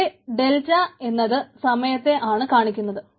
ഇവിടെ ഡെൽറ്റ എന്നത് താമസത്തെ ആണ് കാണിക്കുന്നത്